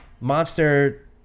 monster